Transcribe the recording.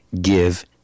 give